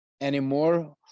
anymore